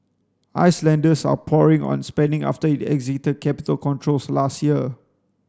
Icelanders are pouring on spending after it exited capital controls last year